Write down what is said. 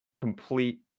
complete